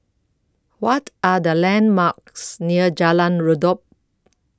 What Are The landmarks near Jalan Redop